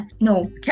No